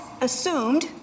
assumed